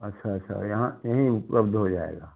अच्छा अच्छा यहाँ यहीं से उपलब्ध हो जाएगा